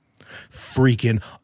Freaking